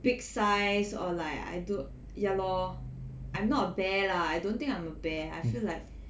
big size or like I don't ya lor I'm not a bear lah I don't think I'm a bear I feel like